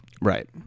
Right